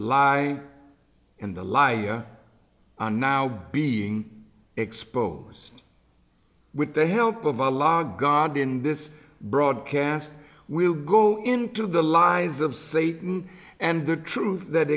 lie and the lie now being exposed with the help of our law god in this broadcast will go into the lies of satan and the truth that